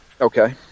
Okay